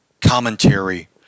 commentary